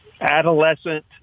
adolescent